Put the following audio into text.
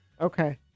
Okay